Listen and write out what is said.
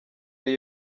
ari